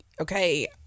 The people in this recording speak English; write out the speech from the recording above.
okay